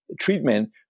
treatment